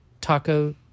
taco